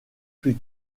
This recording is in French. plus